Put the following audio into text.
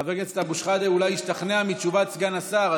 חבר כנסת אבו שחאדה אולי ישתכנע מתשובת סגן השר,